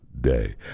day